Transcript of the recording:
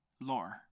lore